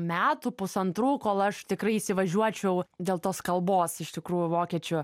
metų pusantrų kol aš tikrai įsivažiuočiau dėl tos kalbos iš tikrųjų vokiečių